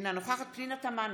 אינה נוכחת פנינה תמנו,